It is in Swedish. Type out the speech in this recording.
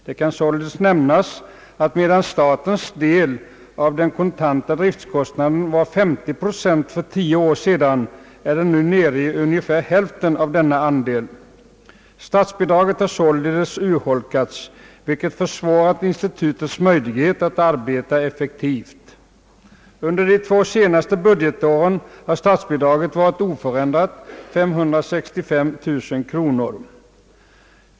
Det kan således nämnas, att medan statens andel av den kontanta driftkostnaden var 50 procent för tio år sedan, är den nu nere i ungefär hälften av denna andel. Statsbidraget har således urholkats, vilket har försvårat institutets möjligheter att arbeta effektivt. Under de två senaste budgetåren har statsbidraget varit oförändrat 565 000 kronor.